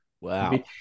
Wow